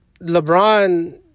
LeBron